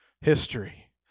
history